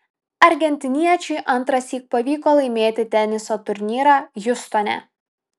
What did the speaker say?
argentiniečiui antrąsyk pavyko laimėti teniso turnyrą hjustone